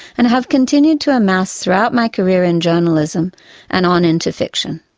and have continued to amass throughout my career in journalism and on into fiction.